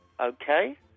Okay